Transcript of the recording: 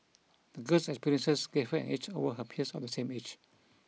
the girl's experiences gave her an edge over her peers of the same age